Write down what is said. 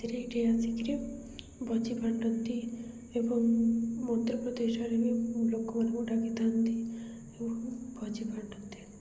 ସେଥିରେ ଏଠି ଆସିକିରି ଭୋଜି ବାଣ୍ଟନ୍ତି ଏବଂ ମନ୍ତ୍ର ପ୍ରଦେଶରେ ବି ଲୋକମାନଙ୍କୁ ଡାକିଥାନ୍ତି ଏବଂ ଭୋଜି ବାଣ୍ଟନ୍ତି